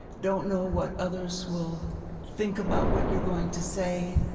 don't know what others will think about what you're going to say,